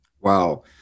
Wow